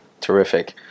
Terrific